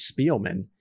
Spielman